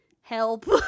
help